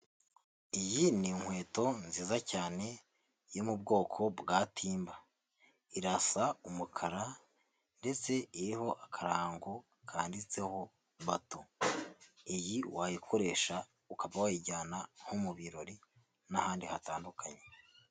Iyi ni inkweto nziza cyane yo mu bwoko bwa timba, irasa umukara ndetse iriho akarango kanditseho bato, iyi wayikoresha ukaba wayijyana nko mu birori n'ahandi hatandukanye.